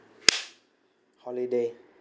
holiday